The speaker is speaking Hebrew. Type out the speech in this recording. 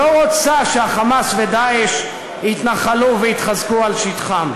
לא רוצה שה"חמאס" ו"דאעש" יתנחלו ויתחזקו על שטחה.